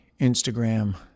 Instagram